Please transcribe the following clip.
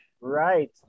Right